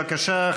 בבקשה,